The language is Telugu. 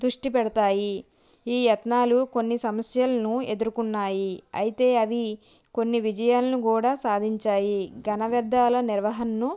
దుష్టి పెడతాయి ఈ యత్నాలు కొన్ని సమస్యలను ఎదుర్కొన్నాయి అయితే అవి కొన్ని విజయాలను కూడా సాధించాయి ఘనవ్యర్ధాల నిర్వహణను